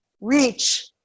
reach